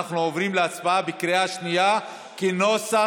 אנחנו עוברים להצבעה בקריאה שנייה כנוסח,